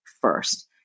first